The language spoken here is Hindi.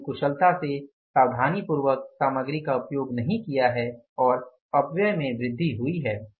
उन्होंने कुशलता से सावधानीपूर्वक सामग्री का उपयोग नहीं किया है और अपव्यय में वृद्धि हुई है